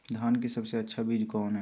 धान की सबसे अच्छा बीज कौन है?